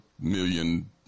million